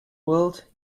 world